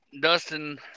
Dustin